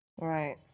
right